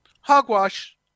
hogwash